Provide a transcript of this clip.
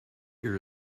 year